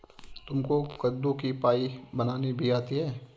तुमको कद्दू की पाई बनानी भी आती है?